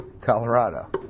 Colorado